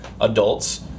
adults